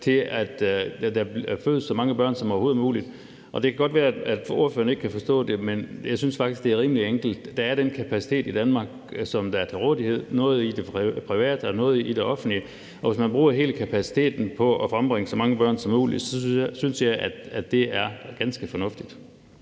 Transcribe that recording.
for, at der fødes så mange børn som overhovedet muligt. Det kan godt være, at spørgeren ikke kan forstå det, men jeg synes faktisk, det er rimelig enkelt. Der er den kapacitet i Danmark, som der er til rådighed, noget i det private og noget i det offentlige, og hvis man bruger hele kapaciteten på at frembringe så mange børn som muligt, synes jeg, at det er ganske fornuftigt.